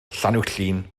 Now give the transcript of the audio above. llanuwchllyn